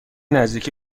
نزدیکی